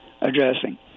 addressing